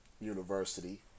University